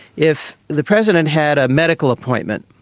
if the president had a medical appointment,